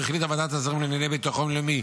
החליטה ועדת השרים לענייני ביטחון לאומי,